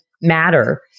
matter